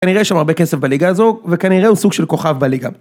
כנראה יש שם הרבה כסף בליגה הזו, וכנראה הוא סוג של כוכב בליגה.